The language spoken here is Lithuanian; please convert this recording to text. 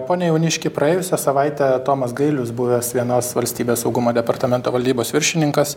pone jauniški praėjusią savaitę tomas gailius buvęs vienos valstybės saugumo departamento valdybos viršininkas